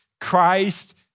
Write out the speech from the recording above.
Christ